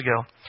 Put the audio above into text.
ago